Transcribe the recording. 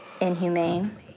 inhumane